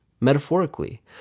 metaphorically